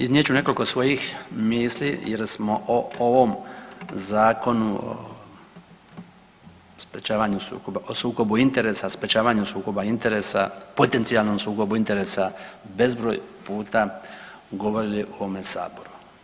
Iznijet ću nekoliko svojih misli jer smo o ovom Zakonu o sukobu interesa, sprječavanju sukoba interesa potencijalnom sukobu interesa bezbroj puta govorili u ovom Saboru.